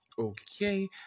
Okay